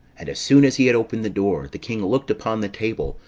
and as soon as he had opened the door, the king looked upon the table,